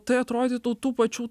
tai atrodytų tų pačių